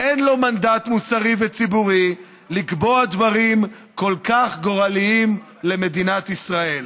אין לו מנדט מוסרי וציבורי לקבוע דברים כל כך גורליים למדינת ישראל".